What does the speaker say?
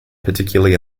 particularly